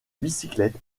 bicyclette